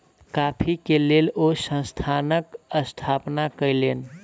coffee के लेल ओ संस्थानक स्थापना कयलैन